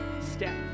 step